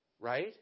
right